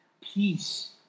peace